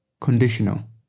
Conditional